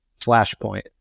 flashpoint